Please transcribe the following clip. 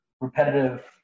repetitive